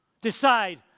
Decide